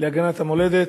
להגנת המולדת,